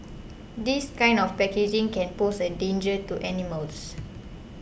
this kind of packaging can pose a danger to animals